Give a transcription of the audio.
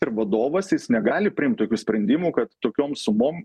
ir vadovas jis negali priimt tokių sprendimų kad tokiom sumom